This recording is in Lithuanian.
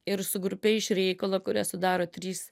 ir su grupe iš reikalo kurią sudaro trys